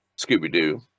Scooby-Doo